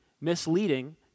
misleading